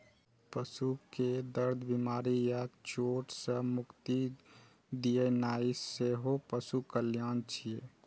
पशु कें दर्द, बीमारी या चोट सं मुक्ति दियेनाइ सेहो पशु कल्याण छियै